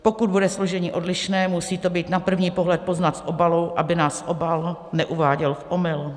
Pokud bude složení odlišné, musí to být na první pohled poznat v obalu, aby nás obal neuváděl v omyl.